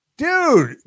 Dude